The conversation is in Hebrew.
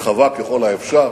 רחבה ככל האפשר,